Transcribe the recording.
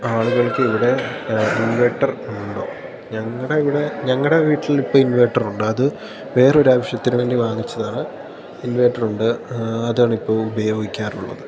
ആളുകൾക്ക് ഇവിടെ ഇൻവെർട്ടർ ഉണ്ടോ ഞങ്ങളുടെ ഇവിടെ ഞങ്ങളുടെ വീട്ടിലിപ്പോള് ഇൻവെർട്ടറുണ്ട് അത് വേറൊരാവശ്യത്തിനു വേണ്ടി വാങ്ങിച്ചതാണ് ഇൻവെർട്ടറുണ്ട് അതാണിപ്പോള് ഉപയോഗിക്കാറുള്ളത്